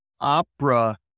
opera